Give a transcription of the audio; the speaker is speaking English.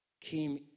came